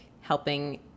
helping